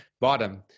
bottom